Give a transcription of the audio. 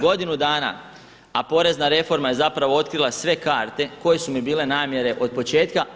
Godinu dana, a porezna reforma je zapravo otkrila sve karte koje su mi bile namjere od početka.